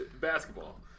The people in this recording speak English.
basketball